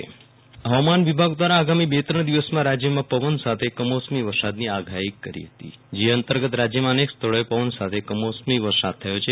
વિરલ રાણા હવામાન હવામાન વિભાગ દ્વારા આગામી બે ત્રણ દિવસ રાજયમાં પવન સાથે કમોસમી વરસાદની આગાહી કરી હતી જે અંતર્ગત રાજયમાં અનેક સ્થળોએ પવન સાથે કમોસમી વરસાદ થયો હતો